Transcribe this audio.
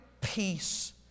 peace